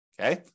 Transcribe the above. Okay